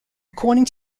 according